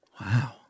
Wow